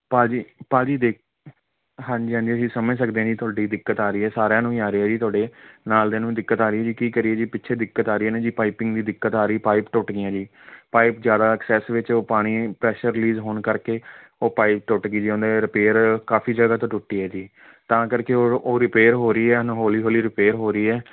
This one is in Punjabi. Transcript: ਭਾਅ ਜੀ ਭਾਅ ਜੀ ਦੇ ਹਾਂਜੀ ਹਾਂਜੀ ਅਸੀਂ ਸਮਝ ਸਕਦੇ ਜੀ ਤੁਹਾਡੀ ਦਿੱਕਤ ਆ ਰਹੀ ਹੈ ਸਾਰਿਆਂ ਨੂੰ ਹੀ ਆ ਰਹੀ ਜੀ ਤੁਹਾਡੇ ਨਾਲ ਦਿਆਂ ਨੂੰ ਦਿੱਕਤ ਆ ਰਹੀ ਜੀ ਕੀ ਕਰੀਏ ਜੀ ਪਿੱਛੇ ਦਿੱਕਤ ਆ ਰਹੀ ਨੇ ਜੀ ਪਾਈਪਿੰਗ ਦੀ ਦਿੱਕਤ ਆ ਰਹੀ ਪਾਈਪ ਟੁੱਟ ਗਈਆਂ ਜੀ ਪਾਈਪ ਜ਼ਿਆਦਾ ਐਕਸੈਸ ਵਿੱਚ ਉਹ ਪਾਣੀ ਪ੍ਰੈਸ਼ਰ ਰਿਲੀਜ਼ ਹੋਣ ਕਰਕੇ ਉਹ ਪਾਈਪ ਟੁੱਟ ਗਈ ਜੀ ਉਹਦੇ ਰਿਪੇਅਰ ਕਾਫੀ ਜਗ੍ਹਾ ਤੋਂ ਟੁੱਟੀ ਹੈ ਜੀ ਤਾਂ ਕਰਕੇ ਉਹ ਉਹ ਰਿਪੇਅਰ ਹੋ ਰਹੀ ਹੁਣ ਹੌਲੀ ਹੌਲੀ ਰਿਪੇਅਰ ਹੋ ਰਹੀ ਹੈ